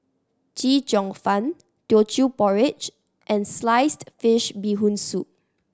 Chee Cheong Fun Teochew Porridge and sliced fish Bee Hoon Soup